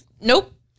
nope